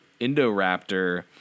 Indoraptor